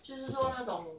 不懂